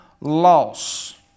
loss